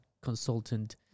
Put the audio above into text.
consultant